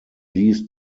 these